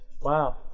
Wow